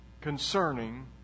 concerning